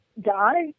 die